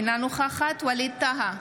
אינה נוכחת ווליד טאהא,